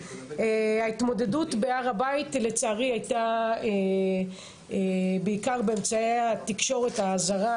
ההתמודדות בהר הבית לצערי הייתה בעיקר באמצעי התקשורת הזרה,